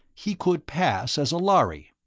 he could pass as a lhari.